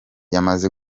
yamaze